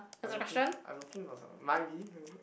I'm looking for I'm looking for some might be mm